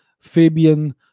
Fabian